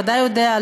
אתה ודאי יודע,